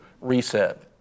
reset